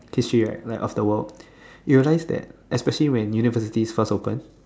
history right of the world you realize that especially when university first open